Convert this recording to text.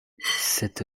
cette